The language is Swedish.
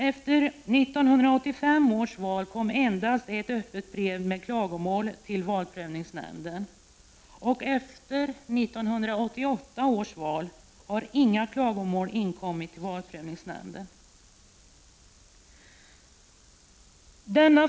Efter 1985 års val kom endast ett öppet brev med klagomål till valprövningsnämnden, och efter 1988 års val har inget klagomål inkommit till valprövningsnämnden.